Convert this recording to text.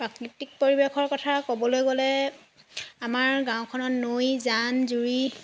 প্ৰাকৃতিক পৰিৱেশৰ কথা ক'বলৈ গ'লে আমাৰ গাঁওখনত নৈ জান জুৰি